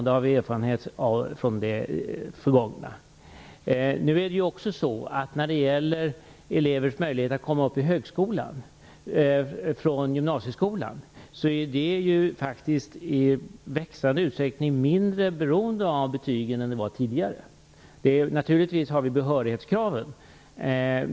Det har vi erfarenhet av sedan tidigare. När det gäller elevers möjligheter att komma in på högskolan från gymnasieskolan är det allt mindre beroende av betygen än tidigare. Vi har naturligtvis behörighetskraven.